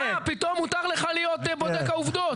אה, פתאום מותר לך להיות בודק העובדות.